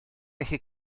gallu